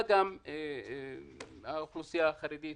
האוכלוסייה החרדית